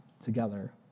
together